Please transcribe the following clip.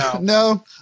No